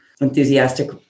enthusiastic